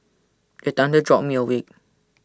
the thunder jolt me awake